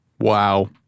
Wow